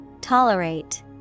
TOLERATE